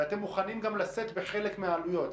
ואתם מוכנים גם לשאת בחלק מהעלויות,